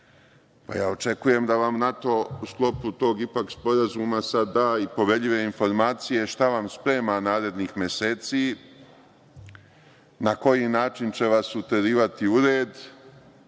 opreme. Očekujem da vam NATO u sklopu to IPA sporazuma sa da i poverljive informacije šta vam sprema narednih meseci, na koji način će vas uterivati u red,